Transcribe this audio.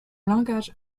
langage